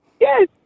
Yes